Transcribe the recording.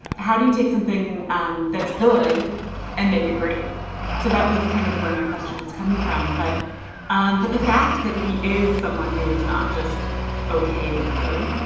how do you take something that's good and make it great? so that was kind of where my question was coming from. but and but the fact that he is someone who is not just okay with good,